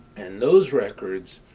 and those records,